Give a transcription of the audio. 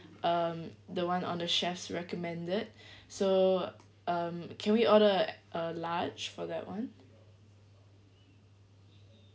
um the one on the chef's recommended so um can we order a large for that [one]